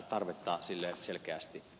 tarvetta sille selkeästi on